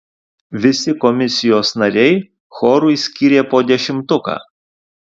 visi komisijos nariai chorui skyrė po dešimtuką